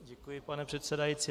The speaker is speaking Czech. Děkuji, pane předsedající.